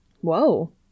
Whoa